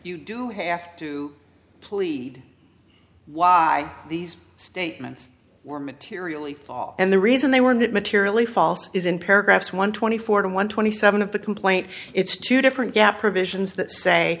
do have to plead why these statements were materially fall and the reason they were not materially false is in paragraphs one twenty four and one twenty seven of the complaint it's two different gap provisions that say